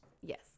Yes